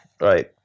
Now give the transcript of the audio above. right